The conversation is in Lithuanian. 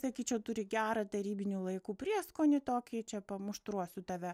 sakyčiau turi gerą tarybinių laikų prieskonį tokį čia pamuštruosiu tave